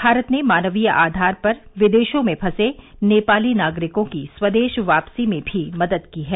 भारत ने मानवीय आधार पर विदेशों में फंसे नेपाली नागरिकों की स्वदेश वापसी में भी मदद की है